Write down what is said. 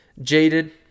Jaded